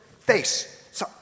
face